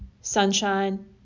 sunshine